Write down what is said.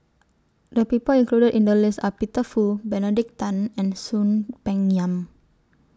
The People included in The list Are Peter Fu Benedict Tan and Soon Peng Yam